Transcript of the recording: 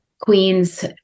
Queens